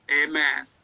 amen